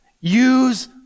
use